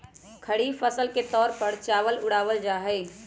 खरीफ फसल के तौर पर चावल उड़ावल जाहई